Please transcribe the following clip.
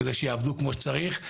כדי שיעבדו כמו שצריך.